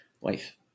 wife